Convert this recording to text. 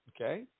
Okay